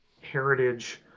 heritage